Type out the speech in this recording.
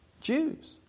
Jews